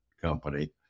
company